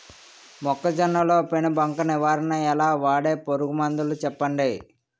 మొక్కజొన్న లో పెను బంక నివారణ ఎలా? వాడే పురుగు మందులు చెప్పండి?